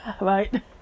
Right